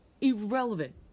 irrelevant